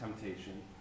temptation